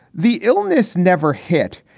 the illness never hit.